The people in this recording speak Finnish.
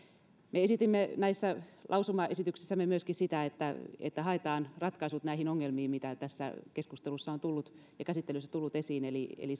me esitimme näissä lausumaesityksissämme myöskin sitä että että haetaan ratkaisut näihin ongelmiin mitä tässä keskustelussa ja käsittelyssä on tullut esiin eli eli